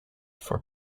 for